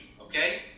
okay